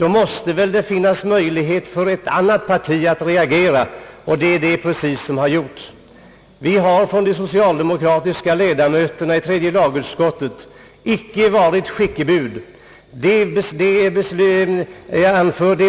måste finnas möjligheter för ett annat parti att reagera — och det är precis vad som nu har skett. De socialdemokratiska ledamöterna i tredje lagutskottet har inte varit skickebud.